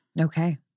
Okay